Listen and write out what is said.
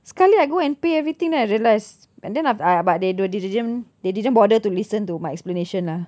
sekali I go and pay everything then I realise and then after ah but they don't they didn't they didn't bother to listen to my explanation lah